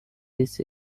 this